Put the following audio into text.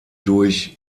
durch